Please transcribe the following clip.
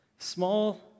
small